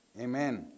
Amen